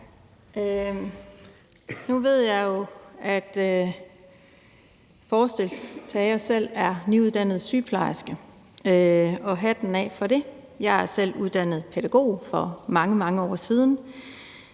Nu ved jeg jo, at forslagsstilleren selv er nyuddannet sygeplejerske, og hatten af for det. Jeg er selv uddannet pædagog for mange, mange år siden,